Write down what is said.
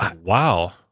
wow